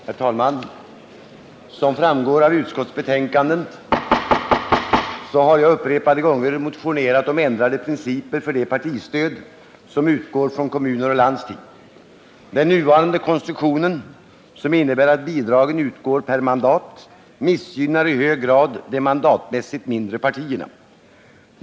Herr talman! Som framgår av utskottsbetänkandet har jag upprepade gånger motionerat om ändrade principer för det partistöd som utgår från kommuner och landsting. Den nuvarande konstruktionen, som innebär att bidragen utgår per mandat, missgynnar i hög grad de mandatmässigt mindre partierna.